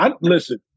listen